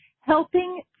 helping